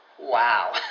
Wow